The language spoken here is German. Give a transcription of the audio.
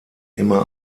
immer